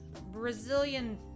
Brazilian